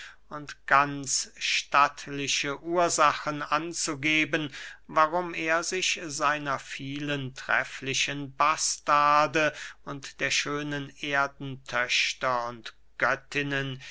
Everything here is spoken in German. und ganz stattliche ursachen anzugeben warum er sich seiner vielen trefflichen bastarde und der schönen erdentöchter und göttinnen